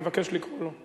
אני מבקש לקרוא לו.